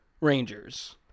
rangers